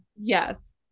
yes